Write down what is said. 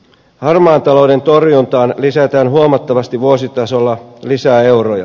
harmaan talouden torjuntaan lisätään huomattavasti vuositasolla lisää euroja